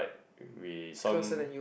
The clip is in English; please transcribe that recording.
we some